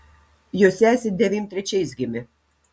jo sesė devym trečiais gimė